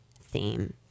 theme